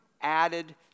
added